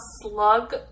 slug